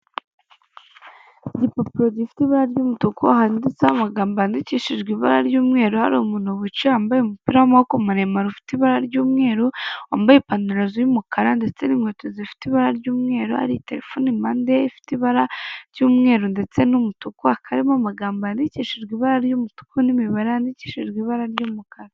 Igipapuro gifite ibara ry'umutuku, handitseho amagambo yandikishijwe ibara ry'umweru, hari umuntu wicaye wambaye umupira w'amaboko maremare, ufite ibara ry'umweru, wambaye ipantaro y'umukara, ndetse n'inkweto zifite ibara ry'umweru, hari telefone impande ye, ifite ibara ry'umweru, ndetse n'umutuku, hakaba harimo amagambo yandikishijwe ibara ry'umutuku, n'imibare yandikishijwe ibara ry'umukara.